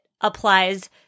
applies